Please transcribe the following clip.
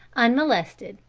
unmolested,